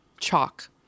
chalk